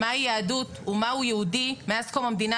-- מה היא יהדות ומה הוא יהודי מאז קום המדינה